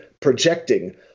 projecting